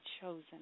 chosen